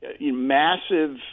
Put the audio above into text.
massive